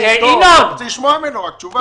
אני רק רוצה לשמוע ממנו תשובה.